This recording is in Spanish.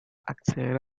acceder